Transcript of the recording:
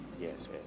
yes